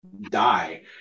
die